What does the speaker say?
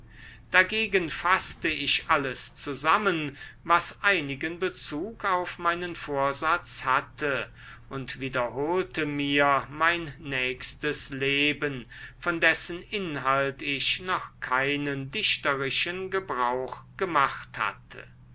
dagegen faßte ich alles zusammen was einigen bezug auf meinen vorsatz hatte und wiederholte mir mein nächstes leben von dessen inhalt ich noch keinen dichterischen gebrauch gemacht hatte